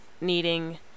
needing